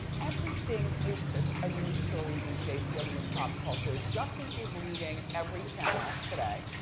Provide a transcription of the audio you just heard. everything is a news story these days dealing with pop culture. jussie is leading every channel today.